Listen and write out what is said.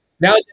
Now